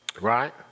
right